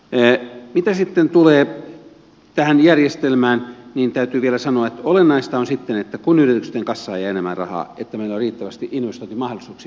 mitä sitten tulee tähän järjestelmään niin täytyy vielä sanoa että olennaista on että kun yritysten kassaan jää enemmän rahaa niin meillä on riittävästi investointimahdollisuuksia suomessa